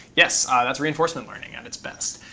yes. that's reinforcement learning at its best.